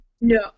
No